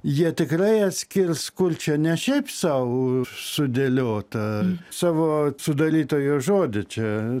jie tikrai atskirs kur čia ne šiaip sau sudėliota savo sudarytojo žodį čia